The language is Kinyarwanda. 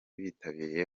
bitabiriye